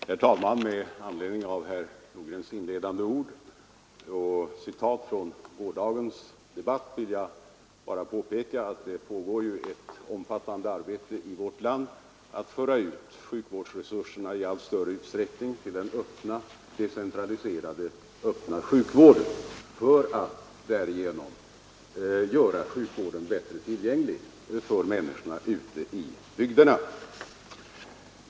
Herr talman! Med anledning av herr Nordgrens inledande ord med citat från onsdagens debatt vill jag påpeka att det i vårt land pågår ett omfattande arbete att i allt större utsträckning föra ut sjukvårdsresurserna till den decentraliserade öppna sjukvården för att därigenom göra sjukvården mera tillgänglig för människorna ute i bygderna.